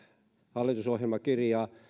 hallitusohjelmakirjaa